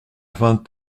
vingt